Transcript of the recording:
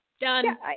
done